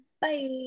Bye